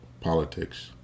politics